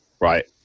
right